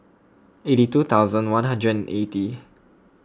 eighty two thousand one hundred eighty